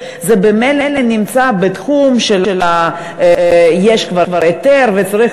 כשזה ממילא נמצא בתחום שכבר יש היתר וצריך